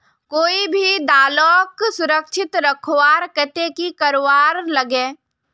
कोई भी दालोक सुरक्षित रखवार केते की करवार लगे?